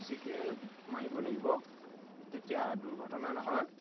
signal মাৰিব লাগিব তেতিয়া দুৰ্ঘটনা নহয়